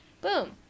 Boom